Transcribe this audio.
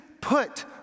put